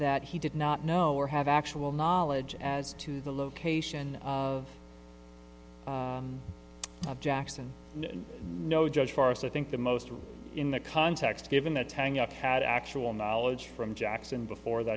that he did not know or have actual knowledge as to the location of jackson and no judge forrest i think the most in the context given the tang up had actual knowledge from jackson before that